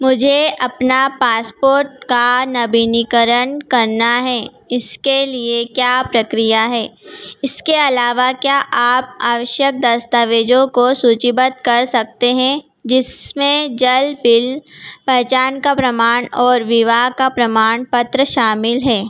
मुझे अपना पासपोर्ट का नवीनीकरण करना है इसके लिए क्या प्रक्रिया है इसके अलावा क्या आप आवश्यक दस्तावेज़ों को सूचीबद्ध कर सकते हैं जिसमें जल बिल पहचान का प्रमाण और विवाह का प्रमाण पत्र शामिल हैं